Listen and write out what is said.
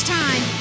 time